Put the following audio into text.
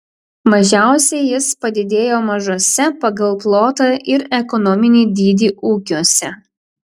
mažiausiai jis padidėjo mažuose pagal plotą ir ekonominį dydį ūkiuose